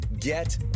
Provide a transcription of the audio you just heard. Get